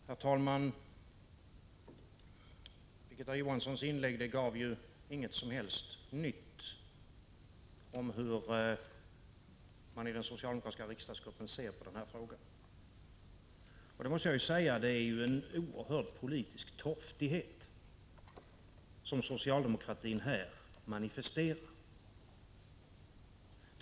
Herr talman! Birgitta Johanssons inlägg gav inget som helst nytt om hur man i den socialdemokratiska riksdagsgruppen ser på den här frågan. Det är en oerhörd politisk torftighet som socialdemokraterna här manifesterar.